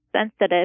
sensitive